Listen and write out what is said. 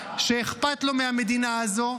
שאכפת לו מהמדינה הזו,